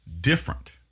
different